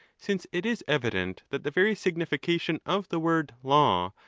since it is evident that the very signification of the word law,